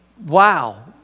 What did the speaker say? wow